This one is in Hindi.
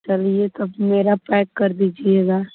चलिए तब मेरा पैक कर दीजिएगा